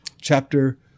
Chapter